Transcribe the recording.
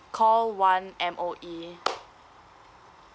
call one M_O_E